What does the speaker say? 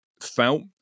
felt